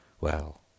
Well